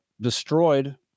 destroyed